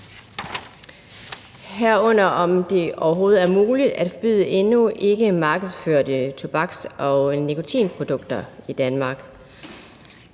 herunder om det overhovedet er muligt at forbyde endnu ikke markedsførte tobaks- og nikotinprodukter i Danmark.